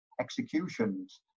executions